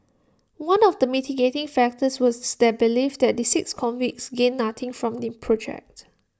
one of the mitigating factors was their belief that the six convicts gained nothing from the project